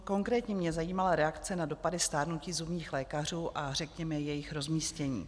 Konkrétně mě zajímala reakce na dopady stárnutí zubních lékařů a řekněme jejich rozmístění.